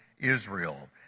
Israel